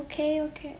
okay okay